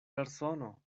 persono